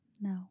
No